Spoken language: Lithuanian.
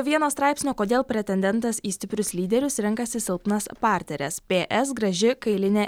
vieno straipsnio kodėl pretendentas į stiprius lyderius renkasi silpnas parteres p s graži kailinė